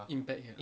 impact